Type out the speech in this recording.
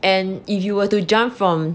and if you were to jump from